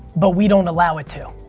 but we don't allow it to.